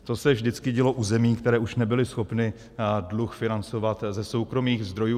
To se vždycky dělo u zemí, které už nebyly schopny dluh financovat ze soukromých zdrojů.